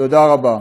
תודה רבה.